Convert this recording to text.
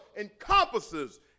encompasses